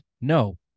No